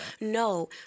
No